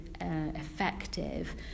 effective